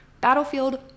battlefield